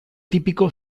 típico